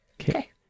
Okay